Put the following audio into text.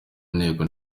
nteko